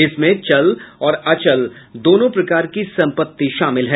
इसमें चल और अचल दोनों प्रकार की संपत्ति शामिल हैं